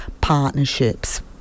partnerships